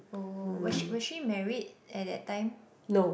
oh was she was she married at that time